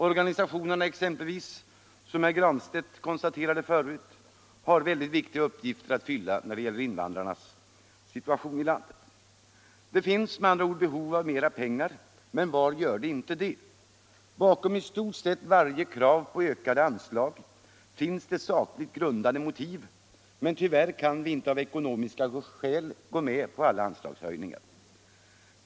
Organisationerna har, som herr Granstedt konstaterade, en mycket viktig uppgift att fylla när det gäller invandrarnas situation här i landet. Det finns med andra ord behov av mer pengar, men var gör det inte det? Bakom i stort sett varje krav på ökade anslag finns sakligt grundade motiv, men tyvärr kan vi av ekonomiska skäl inte gå med på alla anslagshöjningar.